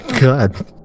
God